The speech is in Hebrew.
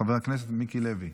חבר הכנסת מיקי לוי?